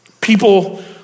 People